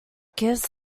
gives